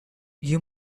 you